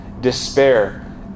despair